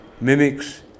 mimics